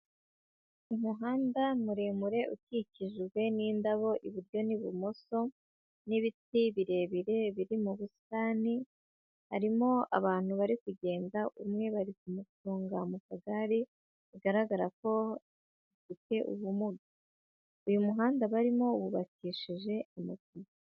Umuhanda muremure ukikijwe n'indabo iburyo n'ibumoso, n'ibiti birebire biri mu busitani, harimo abantu bari kugenda, umwe bari kumufunga mu kagare, bigaragara ko afite ubumuga. Uyu muhanda barimo wubakishije amabuye.